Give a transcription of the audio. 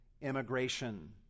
immigration